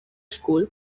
school